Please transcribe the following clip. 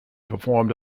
performed